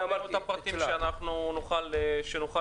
אוקיי, רק תעבירו את הפרטים כדי שנוכל להיות בקשר.